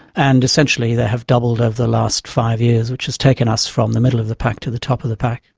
and essentially they have doubled over the last five years, which has taken us from the middle of the pack to the top of the pack.